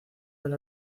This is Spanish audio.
del